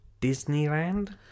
Disneyland